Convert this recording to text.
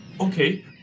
Okay